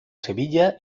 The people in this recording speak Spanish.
sevilla